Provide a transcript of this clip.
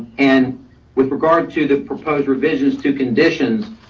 and with regard to the proposed revisions to conditions,